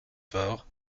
fort